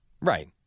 Right